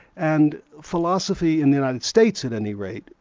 and philosophy in the united states at any rate,